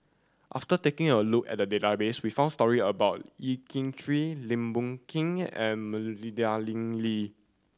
after taking a look at the database we found story about Yeo Kian Chye Lim Boon Keng and Madeleine Lee